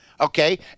okay